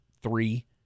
three